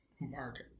market